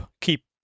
keep